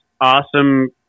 awesome